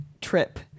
trip